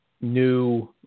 new